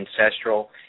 ancestral